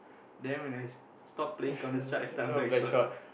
then when I stop stopped playing Counterstrike I start on Blackshot